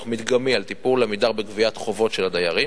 מדגמי על טיפול "עמידר" בגביית חובות של הדיירים.